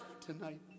tonight